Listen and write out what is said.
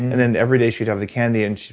and then every day she'd have the candy and she'd